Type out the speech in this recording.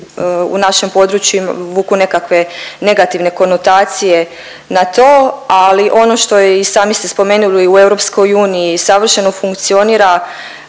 u našem području vuku nekakve negativne konotacije na to, ali ono što i sami ste spomenuli u EU savršeno funkcionira